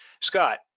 Scott